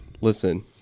Listen